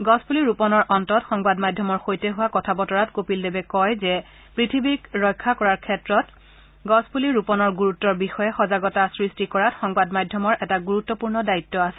বৃক্ষ ৰোপণৰ অন্তত সংবাদ মাধ্যমৰ সৈতে হোৱা কথা বতৰাত কপিল দেৱে কয় যে পৃথিৱীক ৰক্ষা কৰাৰ ক্ষেত্ৰত বৃক্ষ ৰোপণৰ গুৰুত্বৰ বিষয়ে সজাগতা সৃষ্টি কৰাত সংবাদ মাধ্যমৰ এটা গুৰুত্বপূৰ্ণ দায়িত্ব আছে